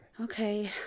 Okay